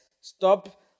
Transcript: Stop